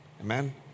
amen